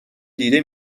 دیده